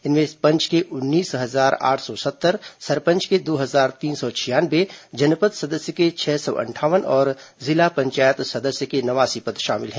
इनमें पंच के उन्नीस हजार आठ सौ सत्तर सरपंच के दो हजार तीन सौ छियानवे जनपद सदस्य के छह सौ अंठावन और जिला पंचायत सदस्य के नवासी पद शामिल हैं